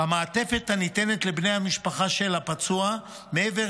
במעטפת הניתנת לבני המשפחה של הפצוע מעבר